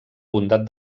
bondat